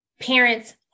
parents